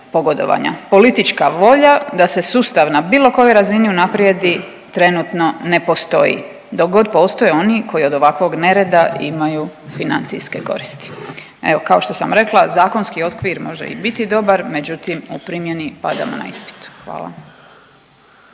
Politička volja da se sustav na bilo kojoj razini unaprijedi trenutno ne postoji dok god postoje oni koji od ovakvog nereda imaju financijske koristi. Evo kao što sam rekla zakonski okvir može i biti dobar, međutim u primjeni padamo na ispitu. Hvala.